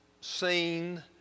seen